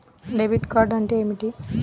Debit card అంటే ఏమిటి?